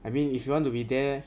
I mean if you want to be there